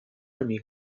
camí